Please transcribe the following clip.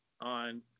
on